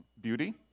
beauty